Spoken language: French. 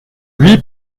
huit